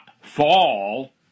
fall